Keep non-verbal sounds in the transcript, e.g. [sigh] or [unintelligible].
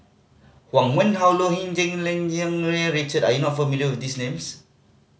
Huang Wenhong Low [unintelligible] Richard are you not familiar with these names